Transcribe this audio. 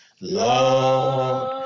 Lord